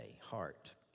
Heart